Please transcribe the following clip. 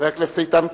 חבר הכנסת איתן כבל,